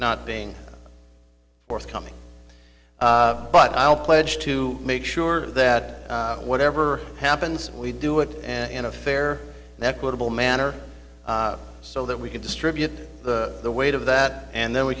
not being forthcoming but i'll pledge to make sure that whatever happens we do it in a fair and equitable manner so that we can distribute the weight of that and then we